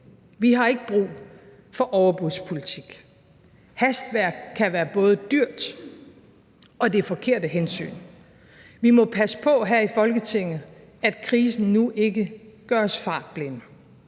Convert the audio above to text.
Vi har ikke brug for overbudspolitik. Hastværk kan være både dyrt og det forkerte hensyn. Vi må passe på her i Folketinget, at krisen nu ikke gør os fartblinde.